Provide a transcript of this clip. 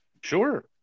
sure